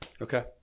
Okay